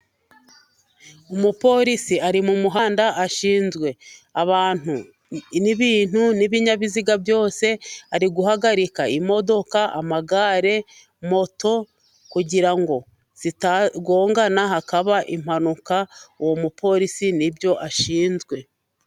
Umupolisi ari mu muhanda ashinzwe abantu n'ibintu n'ibinyabiziga byose. Ari guhagarika imodoka, amagare, moto kugira ngo zitagongana hakaba impanuka. Uwo mupolisi n'ibyo ashinzwe.